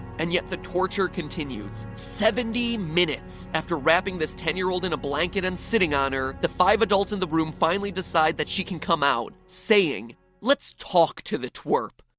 and yet the torture continues. seventy minutes. after wrapping this ten year old in a blanket, and sitting on her, the five adults in the room finally decide that she can come out, saying let's talk to the twerp!